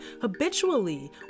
habitually